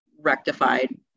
rectified